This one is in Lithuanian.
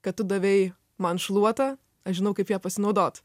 kad tu davei man šluotą aš žinau kaip ja pasinaudot